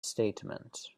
statement